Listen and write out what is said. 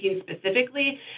specifically